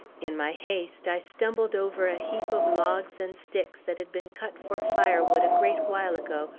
in my haste, i stumbled over a heap of logs and sticks that had been cut for firewood, a great while ago,